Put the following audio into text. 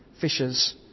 fishers